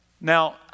Now